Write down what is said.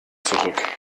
zurück